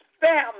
family